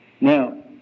Now